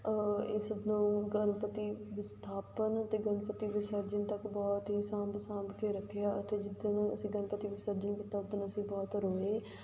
ਇਸ ਨੂੰ ਗਣਪਤੀ ਵਿਸਥਾਪਨ ਤੋਂ ਗਣਪਤੀ ਵਿਸਰਜਨ ਤੱਕ ਬਹੁਤ ਹੀ ਸਾਂਭ ਸਾਂਭ ਕੇ ਰੱਖਿਆ ਅਤੇ ਜਿੱਦਣ ਅਸੀਂ ਗਣਪਤੀ ਵਿਸਰਜਨ ਕੀਤਾ ਉੱਦਣ ਅਸੀਂ ਬਹੁਤ ਰੋਏ